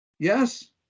Yes